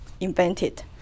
invented